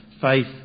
Faith